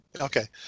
Okay